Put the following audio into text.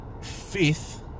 fifth